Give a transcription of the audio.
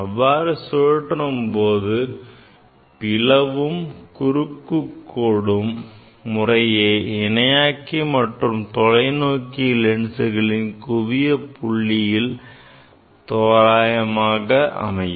அவ்வாறு சுழற்றும் போது பிளவும் குறுக்கு கோடும் முறையே இணையாக்கி மற்றும் தொலைநோக்கி லென்ஸ்களின் குவியத் புள்ளியில் தோராயமாக அமையும்